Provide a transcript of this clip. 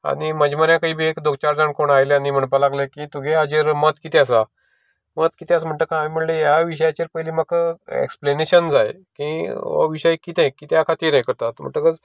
आनी म्हज्या म्हऱ्यांतय बी एक दोग चार जाण कोण आयले आनी म्हणपा लागले की तुगे हाजेर मत किदें आसा मत किदें आसा म्हणटकीर हांयें म्हळें ह्या विशयाचेर पयलीं म्हाका एक्स्प्लेनेशन जाय की हो विशय कितें कित्या खातीर यें करता म्हणटकच